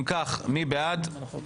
מי בעד?